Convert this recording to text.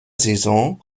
saison